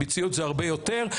ביציות זה הרבה יותר.